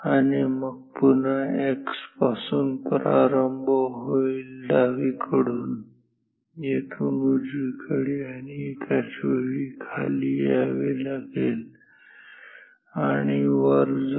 आणि मग पुन्हा x पासून प्रारंभ होईल डावीकडून येथून उजवीकडे आणि एकाचवेळी खाली यावे लागेल आणि वर जाऊ